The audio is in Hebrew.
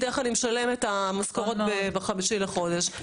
איך אני משלם את המשכורות ב-5 בחודש?